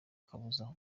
kabuza